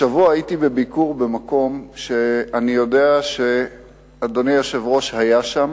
השבוע הייתי בביקור במקום שאני יודע שאדוני היושב-ראש היה שם,